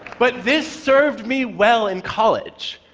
but this served me well in college,